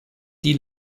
die